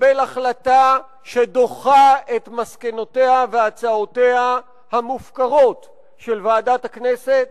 לקבל החלטה שדוחה את מסקנותיה והצעותיה המופקרות של ועדת הכנסת,